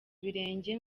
ibirenge